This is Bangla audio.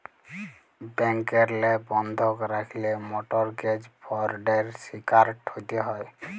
ব্যাংকেরলে বন্ধক রাখল্যে মরটগেজ ফরডের শিকারট হ্যতে হ্যয়